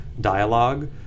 dialogue